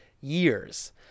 years